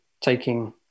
taking